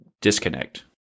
disconnect